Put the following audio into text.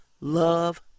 Love